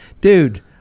Dude